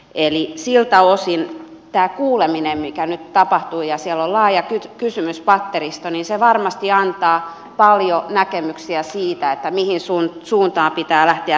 eli siltä osin että huolellinen mikä nyt tapahtuu ja siellä laaja kysymyspatteristoni se varmasti antaa paljon näkemyksiä siitä mihin sun suuntaa pitää ja